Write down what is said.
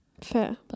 Fair